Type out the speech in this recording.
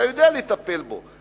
אתה יודע לטפל בו,